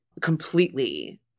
completely